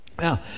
Now